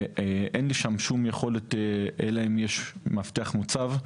ואין לי את היכולת לעשות את זה שם אלא אם יש שם מאבטח מוצב,